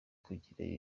kugira